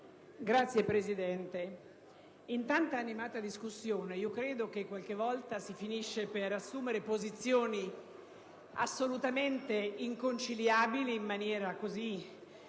Signor Presidente, in tanta animata discussione credo che qualche volta si finisca per assumere posizioni assolutamente inconciliabili in maniera